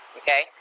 okay